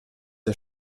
der